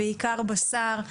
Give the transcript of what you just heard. בעיקר בשר,